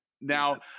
now